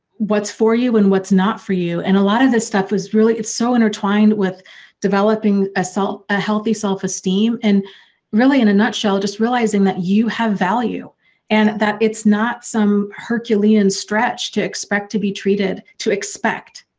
what's for you and what's not for you and a lot of this stuff was really. it's so intertwined with developing assault a healthy self-esteem and really in a nutshell just realizing that you have value and that it's not some herculean stretch to expect to be treated to expect,